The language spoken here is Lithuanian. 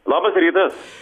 labas rytas